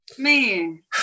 Man